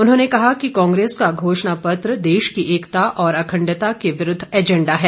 उन्होंने कहा कि कांग्रेस का घोषणापत्र देश की एकता और अखंडता के विरूद्व एजेंडा है